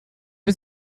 was